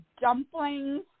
dumplings